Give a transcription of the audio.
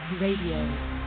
Radio